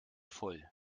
voll